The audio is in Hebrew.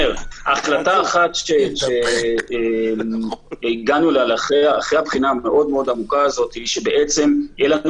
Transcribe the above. החלטה אחת שהגענו אליה אחרי בחינה מאוד מאוד עמוקה היא שבעצם יהיה לנו